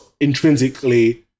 intrinsically